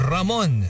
Ramon